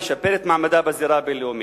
לשפר את מעמדה בזירה הבין-לאומית.